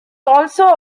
also